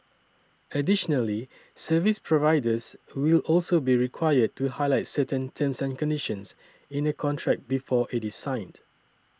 additionally service providers will also be required to highlight certain terms and conditions in a contract before it is signed